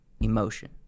emotion